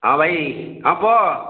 ହଁ ଭାଇ ହଁ କୁହ